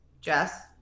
Jess